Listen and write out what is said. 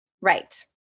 Right